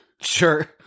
Sure